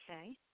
Okay